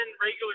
regular